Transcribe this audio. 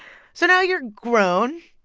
so now you're grown.